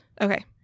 Okay